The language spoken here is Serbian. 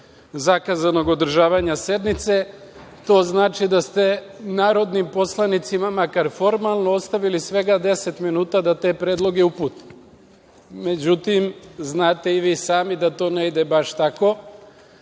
zakazanog održavanja sednice, to znači da ste narodnim poslanicima, makar formalno ostavili svega 10 minuta da te predloge upute. Međutim, znate i vi sami da to ne ide baš tako